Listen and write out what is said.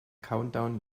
countdown